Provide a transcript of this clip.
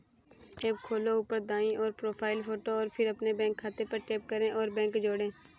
app खोलो, ऊपर दाईं ओर, प्रोफ़ाइल फ़ोटो और फिर अपने बैंक खाते पर टैप करें और बैंक जोड़ें